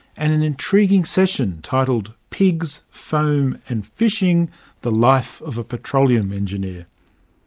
and an intriguing session titled pigs, foam and fishing the life of a petroleum engineer'.